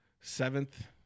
seventh